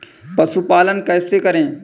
पशुपालन कैसे करें?